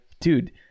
dude